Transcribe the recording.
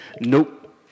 Nope